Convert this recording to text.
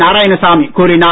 நாராயணசாமி கூறினார்